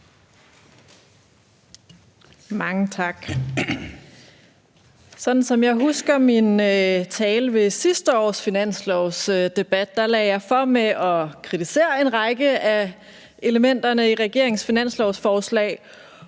Mange tak. Sådan som jeg husker min tale ved sidste års finanslovsdebat, lagde jeg for med at kritisere en række af elementerne i regeringens finanslovsforslag